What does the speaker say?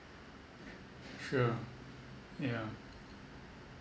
sure yeah